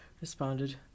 responded